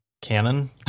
canon